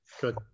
good